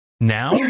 Now